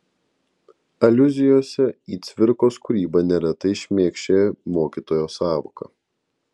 aliuzijose į cvirkos kūrybą neretai šmėkščioja mokytojo sąvoka